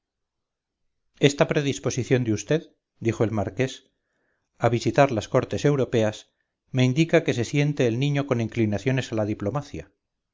esta predisposición de vd dijo el marqués a visitar las cortes europeas me indica que se siente el niño con inclinaciones a la diplomacia